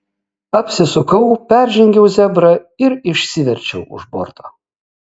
apsisukau peržengiau zebrą ir išsiverčiau už borto